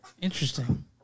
Interesting